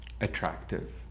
attractive